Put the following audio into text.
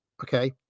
okay